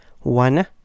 One